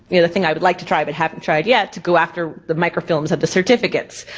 you know, the thing i would like to try but haven't tried yet, to go after the microfilms of the certificates.